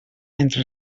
entre